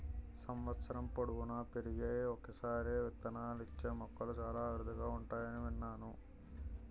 సంవత్సరం పొడువునా పెరిగి ఒక్కసారే విత్తనాలిచ్చే మొక్కలు చాలా అరుదుగా ఉంటాయని విన్నాను